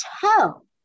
tell